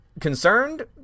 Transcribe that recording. concerned